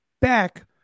back